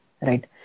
right